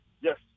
Yes